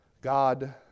God